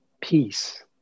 peace